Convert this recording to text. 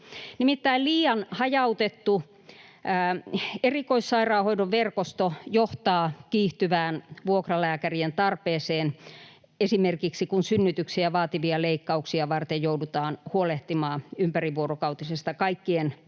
Nimittäin liian hajautettu erikoissairaanhoidon verkosto johtaa kiihtyvään vuokralääkärien tarpeeseen, esimerkiksi kun synnytyksiä vaativia leikkauksia varten joudutaan huolehtimaan ympärivuorokautisesta kaikkien